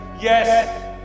Yes